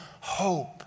hope